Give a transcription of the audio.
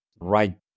right